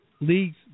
League's